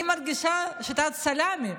אני מרגישה שיטת סלמי.